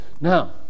Now